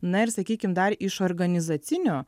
na ir sakykim dar iš organizacinių